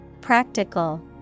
Practical